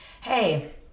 hey